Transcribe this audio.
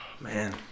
man